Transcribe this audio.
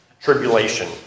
tribulation